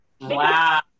Wow